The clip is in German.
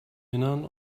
innern